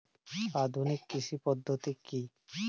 আধুনিক কৃষি পদ্ধতি কী?